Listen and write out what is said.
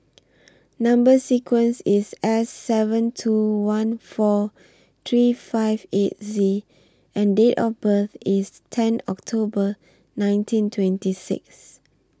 Number sequence IS S seven two one four three five eight Z and Date of birth IS ten October nineteen twenty six